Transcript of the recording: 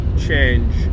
change